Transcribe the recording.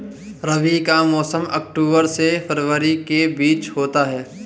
रबी का मौसम अक्टूबर से फरवरी के बीच होता है